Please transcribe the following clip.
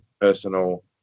personal